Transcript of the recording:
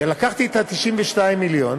ולקחתי את 92 המיליון